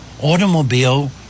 automobile